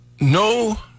No